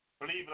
Believe